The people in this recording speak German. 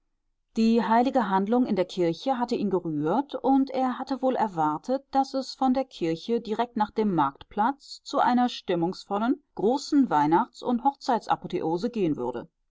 die heilige handlung in der kirche hatte ihn gerührt und er hatte wohl erwartet daß es von der kirche direkt nach dem marktplatz zu einer stimmungsvollen großen weihnachts und hochzeitsapotheose gehen würde